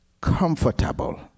comfortable